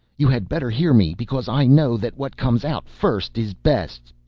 you had better hear me because i know that what comes out first is best.